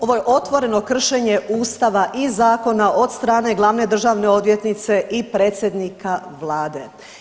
Ovo je otvoreno kršenje ustava i zakona od strane glavne državne odvjetnice i predsjednika vlade.